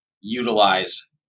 utilize